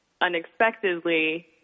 unexpectedly